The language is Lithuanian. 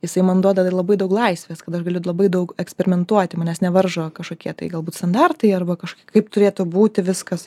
jisai man duoda labai daug laisvės kad aš galiu labai daug eksperimentuoti manęs nevaržo kažkokie tai galbūt standartai arba kažkaip kaip turėtų būti viskas